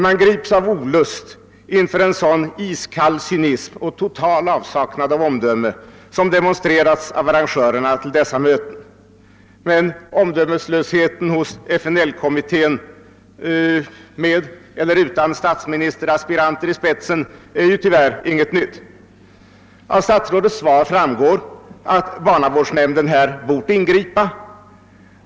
Man grips av olust inför en sådan iskall cynism och total avsaknad av omdöme som demonstrerats av arrangörerna av dessa möten. Men omdömeslösheten hos FNL-kommittén, med eller utan statsministeraspiranter i spetsen, är ju tyvärr inget nytt. Av statsrådets svar framgår att barnavårdsnämnden här bort ingripa.